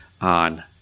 on